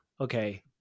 okay